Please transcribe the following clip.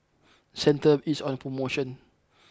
centrum is on promotion